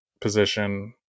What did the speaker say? position